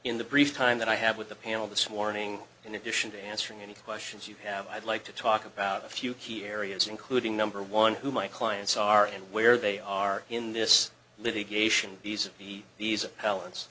in the brief time that i have with the panel this morning in addition to answering any questions you have i'd like to talk about a few key areas including number one who my clients are and where they are in this litigation